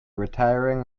retiring